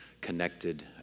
connected